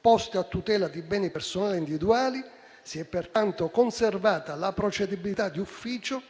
posti a tutela di beni individuali, personali e patrimoniali». E ancora: «Si è pertanto conservata la procedibilità d'ufficio